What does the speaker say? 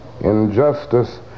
injustice